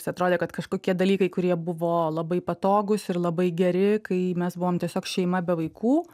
atrodė kad kažkokie dalykai kurie buvo labai patogūs ir labai geri kai mes buvom tiesiog šeima be vaikų